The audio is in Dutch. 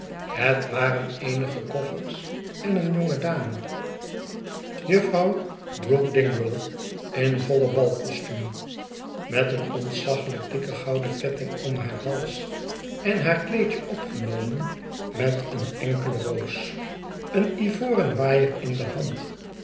het waren eenige koffers en een jongedame juffrouw brook dingwall in voile balcostuum met een ontzaglijk dikken gouden ketting om haar hals en haar kleedje opgenomen met een enkele roos een ivoren waaier in de hand